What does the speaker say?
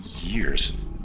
Years